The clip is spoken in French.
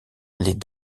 les